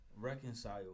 reconcile